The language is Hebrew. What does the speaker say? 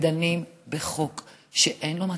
ודנים בחוק שאין לו מטרה,